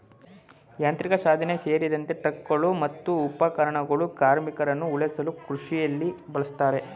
ಯಾಂತ್ರಿಕಸಾಧನ ಸೇರ್ದಂತೆ ಟ್ರಾಕ್ಟರ್ಗಳು ಮತ್ತು ಉಪಕರಣಗಳು ಕಾರ್ಮಿಕರನ್ನ ಉಳಿಸಲು ಕೃಷಿಲಿ ಬಳುಸ್ತಾರೆ